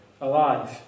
alive